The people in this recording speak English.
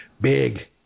big